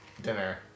dinner